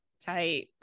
type